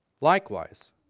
Likewise